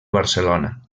barcelona